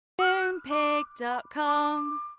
Moonpig.com